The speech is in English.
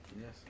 Yes